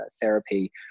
therapy